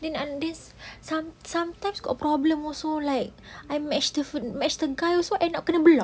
then some sometimes got problem also like I match the fo~ match the guy also end up kena block